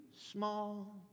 small